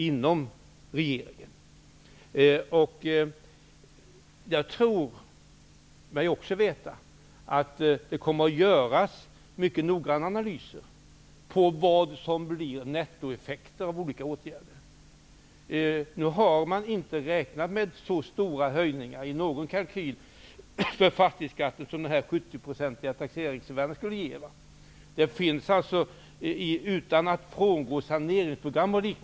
Jag tror mig också veta att det kommer att göras mycket noggranna analyser av vilka nettoeffekter olika åtgärder kommer att få. Nu har man inte i någon kalkyl räknat med så stora höjningar för fastighetsskatten som det 70-procentiga taxeringsvärdet skulle ge. Utan att man frångår saneringsprogram o.dyl.